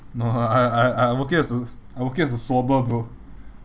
no ah I I I working as a I working as a swabber bro